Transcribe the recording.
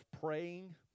praying